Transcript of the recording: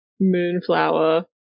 Moonflower